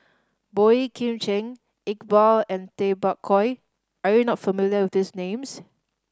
Boey Kim Cheng Iqbal and Tay Bak Koi are you not familiar with these names